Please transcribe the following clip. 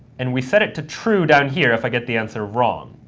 and we set it to true down here if i get the answer wrong.